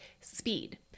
speed